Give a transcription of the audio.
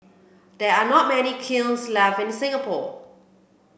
there are not many kilns left in Singapore